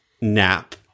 nap